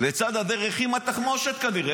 -- לצד הדרך, עם התחמושת כנראה.